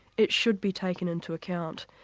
it should be taken into account,